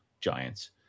Giants